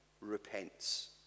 repents